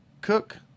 Cook